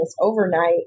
overnight